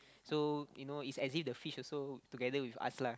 so you know it's as if the fish also together with us lah